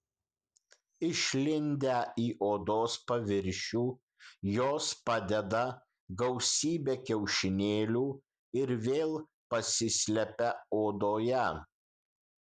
išlindę į odos paviršių jos padeda gausybę kiaušinėlių ir vėl pasislepia odoje